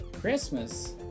Christmas